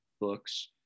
books